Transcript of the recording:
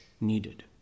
needed